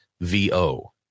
VO